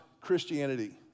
Christianity